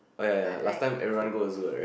but like